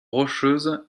rocheuses